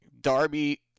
Darby